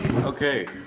Okay